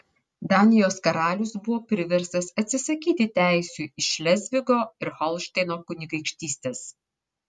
danijos karalius buvo priverstas atsisakyti teisių į šlezvigo ir holšteino kunigaikštystes